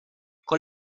con